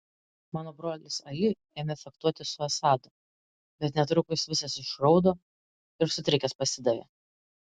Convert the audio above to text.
mano brolis ali ėmė fechtuotis su asadu bet netrukus visas išraudo ir sutrikęs pasidavė